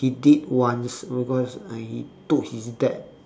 he did once because he took his dad